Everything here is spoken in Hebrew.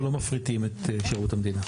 אנחנו לא מפריטים את שירות המדינה.